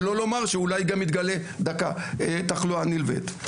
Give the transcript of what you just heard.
שלא לומר שאולי גם תתגלה תחלואה נלווית.